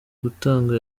gutanga